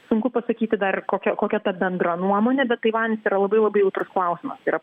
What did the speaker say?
sunku pasakyti dar kokia kokia ta bendra nuomonė bet taivanis yra labai labai jautrus klausimas yra